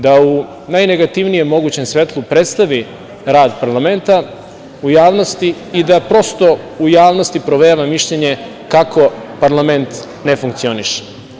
Da u najnegativnijem mogućem svetlu predstavi rad parlamenta u javnosti i da prosto u javnosti provejava mišljenje kako parlament ne funkcioniše.